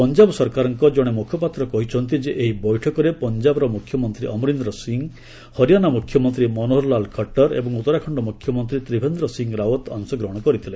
ପଞ୍ଜାବ ସରକାରଙ୍କ ଜଣେ ମୁଖପାତ୍ର କହିଛନ୍ତି ଯେ ଏହି ବୈଠକରେ ପଞ୍ଜାବର ମୁଖ୍ୟମନ୍ତ୍ରୀ ଅମରିନ୍ଦ୍ର ସିଂ ହରିଆନା ମୁଖ୍ୟମନ୍ତ୍ରୀ ମନୋହରଲାଲ୍ ଖଟ୍ଟର ଓ ଉତ୍ତରାଖଣ୍ଡ ମୁଖ୍ୟମନ୍ତ୍ରୀ ତ୍ରିଭେନ୍ଦ୍ର ସିଂ ରାଓ୍ୱତ ଅଂଶ ଗ୍ରହଣ କରିଥିଲେ